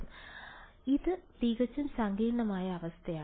അതിനാൽ ഇത് തികച്ചും സങ്കീർണ്ണമായ അവസ്ഥയാണ്